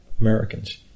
Americans